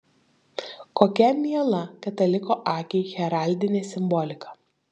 kokia miela kataliko akiai heraldinė simbolika